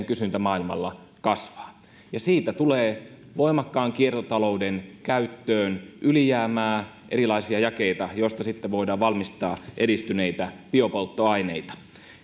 kysyntä maailmalla kasvaa ja siitä tulee voimakkaan kiertotalouden käyttöön ylijäämää erilaisia jakeita joista sitten voidaan valmistaa edistyneitä biopolttoaineita